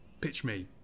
PitchMe